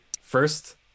first